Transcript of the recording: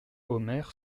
omer